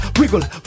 wiggle